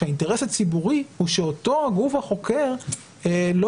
ושהאינטרס הציבורי הוא שאותו הגוף החוקר לא